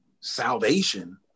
salvation